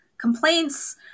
complaints